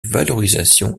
valorisation